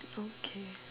okay